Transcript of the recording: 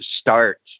start